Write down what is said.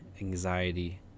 anxiety